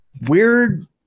weird